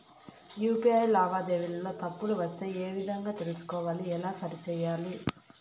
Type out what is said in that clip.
UPI లావాదేవీలలో తప్పులు వస్తే ఏ విధంగా తెలుసుకోవాలి? ఎలా సరిసేయాలి?